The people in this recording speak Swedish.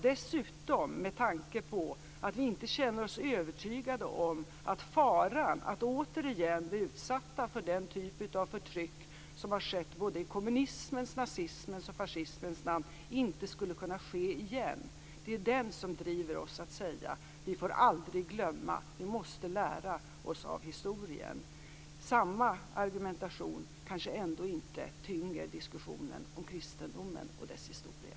Dessutom känner vi oss inte övertygade om att faran att återigen bli utsatta för den typ av förtryck som har skett i såväl kommunismens som nazismens och fascismens namn inte skulle kunna ske igen. Det är det som driver oss att säga: Vi får aldrig glömma. Vi måste lära oss av historien. Samma argumentation kanske ändå inte tynger diskussionen om kristendomen och dess historia.